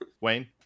Wayne